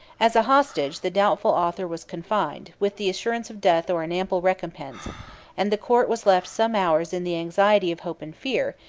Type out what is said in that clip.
as a hostage, the doubtful author was confined, with the assurance of death or an ample recompense and the court was left some hours in the anxiety of hope and fear,